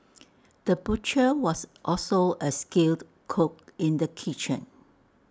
the butcher was also A skilled cook in the kitchen